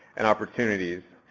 and opportunities.